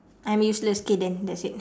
I'm useless K then that's it